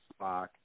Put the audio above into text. Spock